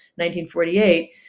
1948